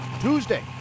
Tuesday